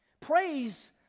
Praise